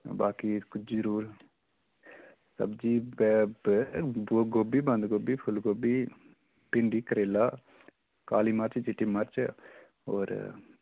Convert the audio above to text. बाकी सब्जी जरूर सब्जी ब गोभी बन्धगोबी फुल्लगोबी भिण्डी करेला काली मरच चिट्टी मरच होर